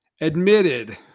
admitted